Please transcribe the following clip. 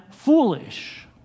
Foolish